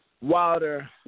Wilder